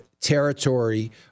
territory